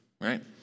right